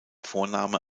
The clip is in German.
vornamen